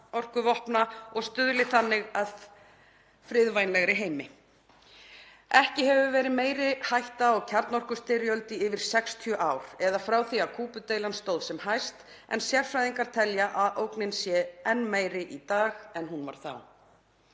kjarnorkuvopna og stuðli þannig að friðvænlegri heimi. Ekki hefur verið meiri hætta á kjarnorkustyrjöld í yfir 60 ár eða frá því að Kúbudeilan stóð sem hæst en sérfræðingar telja að ógnin sé enn meiri í dag en hún var þá.